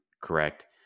correct